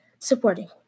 Supporting